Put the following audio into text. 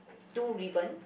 two ribbons